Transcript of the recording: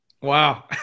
Wow